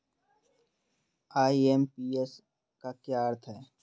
IMPS का क्या अर्थ है?